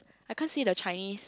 I can't say the Chinese